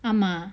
ஆமா:aama